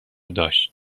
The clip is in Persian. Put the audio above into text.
داشت